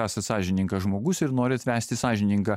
esat sąžiningas žmogus ir norit tęsti sąžiningą